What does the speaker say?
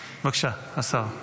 בבקשה, השר.